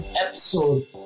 episode